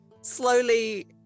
slowly